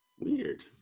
Weird